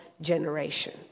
generation